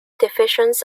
divisions